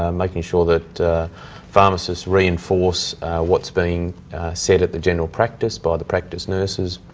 um making sure that pharmacists reinforce what's being said at the general practice by the practice nurses,